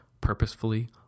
purposefully